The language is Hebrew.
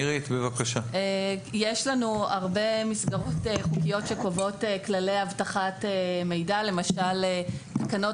יש לנו הרבה מסגרות חוקיות שקובעות כללי אבטחת מידע כמו למשל תקנות